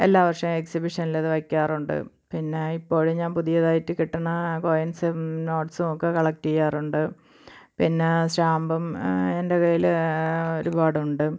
എല്ലാ വർഷവും എക്സിബിഷനിൽ ഇത് വയ്ക്കാറുണ്ട് പിന്നെ ഇപ്പോഴും ഞാൻ പുതിയതായിട്ട് കിട്ടുന്ന കോയിൻസും നോട്ട്സും ഒക്കെ കളക്ട് ചെയ്യാറുണ്ട് പിന്നെ സ്റ്റാമ്പും എൻ്റെ പേരിൽ ഒരുപാടുണ്ട്